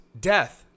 death